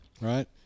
right